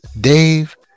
Dave